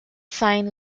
sign